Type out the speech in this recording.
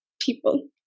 people